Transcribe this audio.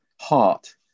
heart